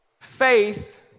Faith